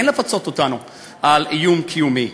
אין לפצות אותנו על איום קיומי,